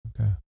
Okay